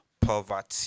poverty